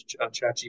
ChatGPT